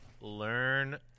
learn